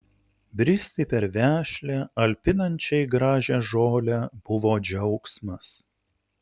bristi per vešlią alpinančiai gražią žolę buvo džiaugsmas